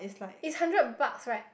is hundred bucks right